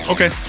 Okay